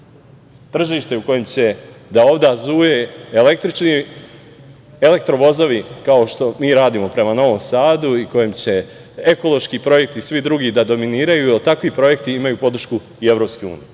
tržište u kojem će da ovuda zuje električni elektro vozovi, kao što mi radimo prema Novom Sadu i kojem će ekološki projekti i svi drugim da dominiraju, jer takvi projekti imaju podršku i EU.U tom